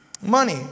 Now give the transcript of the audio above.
Money